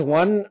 one